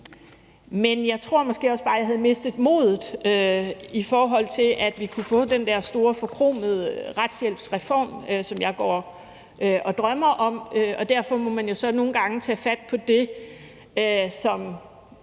Men jeg tror måske også bare, at jeg havde mistet modet, i forhold til at vi kunne få den der store forkromede retshjælpsreform, som jeg går og drømmer om, og nogle gange må man derfor